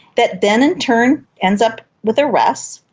that then in turn ends up with arrests,